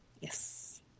Yes